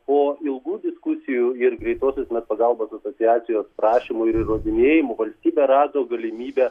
po ilgų diskusijų ir greitosios pagalbos asociacijos prašymų ir įrodinėjimų valstybė rado galimybę